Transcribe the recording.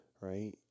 right